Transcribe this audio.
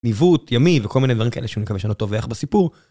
ניווט, ימי, וכל מיני דברים כאלה שאני מקווה שאני לא טובח בסיפור.